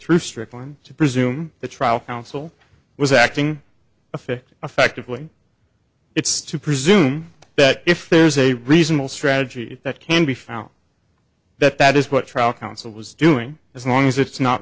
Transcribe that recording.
through strickland to presume the trial counsel was acting affect affectively it's to presume that if there's a reasonable strategy that can be found that that is what trial counsel was doing as long as it's not